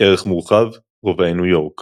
ערך מורחב – רובעי ניו יורק